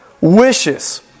wishes